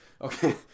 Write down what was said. okay